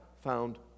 found